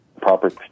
proper